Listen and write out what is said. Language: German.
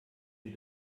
sie